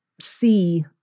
see